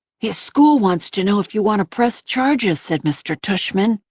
his school wants to know if you want to press charges, said mr. tushman.